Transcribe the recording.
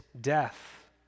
death